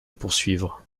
poursuivre